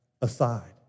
aside